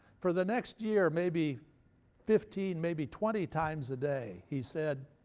for the next year, maybe fifteen, maybe twenty times a day, he said,